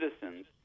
citizens